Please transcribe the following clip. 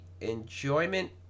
enjoyment